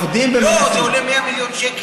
עובדים ומנסים,